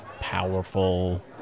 powerful